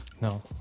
No